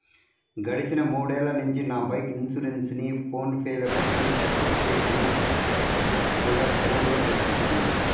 గడిచిన మూడేళ్ళ నుంచి నా బైకు ఇన్సురెన్సుని ఫోన్ పే లో కట్టి సర్టిఫికెట్టుని కూడా డౌన్ లోడు చేసుకుంటున్నాను